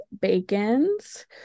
Bacons